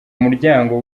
muryango